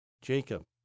Jacob